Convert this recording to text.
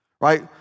right